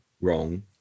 wrong